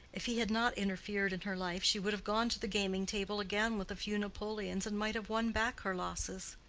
if he had not interfered in her life she would have gone to the gaming-table again with a few napoleons, and might have won back her losses.